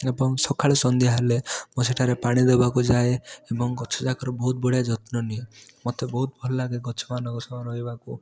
ଏବଂ ସଖାଳୁ ସନ୍ଧ୍ୟା ହେଲେ ମୁଁ ସେଠାରେ ପାଣି ଦେବାକୁ ଯାଏ ଏବଂ ଗଛ ଯାକର ବହୁତ ବଢ଼ିଆ ଯତ୍ନନିଏ ମୋତେ ବହୁତ ଭଲଲାଗେ ଗଛମାନଙ୍କ ସହ ରହିବାକୁ